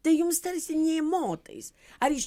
tai jums tarsi nė motais ar iš